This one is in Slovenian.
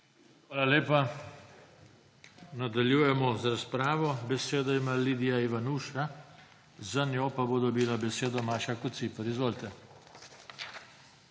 Hvala lepa. Nadaljujemo razpravo. Besedo ima Lidija Ivanuša, za njo bo dobila besedo Maša Kociper. Izvolite.